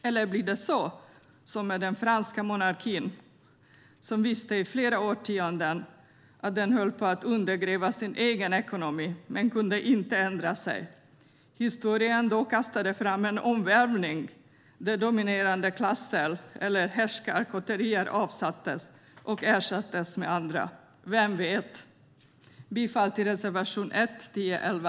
Eller blir det som med den franska monarkin, som i flera årtionden visste att den höll på att undergräva sin egen ekonomi men inte kunde ändra sig? Historien då kastade fram en omvälvning där dominerande klasser eller härskarkotterier avsattes och ersattes med andra. Vem vet? Jag yrkar bifall till reservationerna 1, 10 och 11.